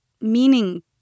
meaning